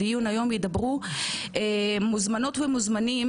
בדיון היום ידברו מוזמנות ומוזמנים